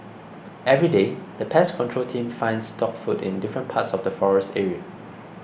everyday the pest control team finds dog food in different parts of the forest area